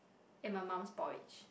and my mom's porridge